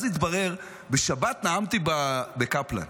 אז התברר שבשבת נאמתי בקפלן